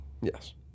Yes